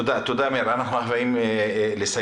תודה מאיר, אנחנו חייבים לסיים.